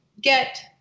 get